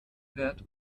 wert